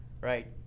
right